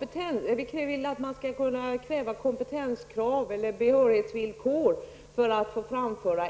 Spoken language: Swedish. Vi kräver kompetenskrav eller behörighetsvillkor för att framföra